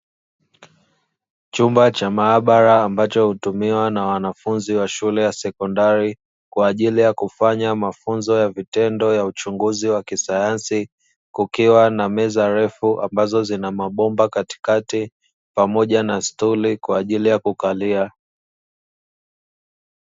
Chumba cha mahabara ambacho hutumia na wanafunzi wa sekondari kwajili ya kufanya mafunzo ya vitendo ya uchunguzi wa kisayansi kukiwa na meza refu ambazo zina mabomba katikati pamoja na stuli kwajili ya kukalia.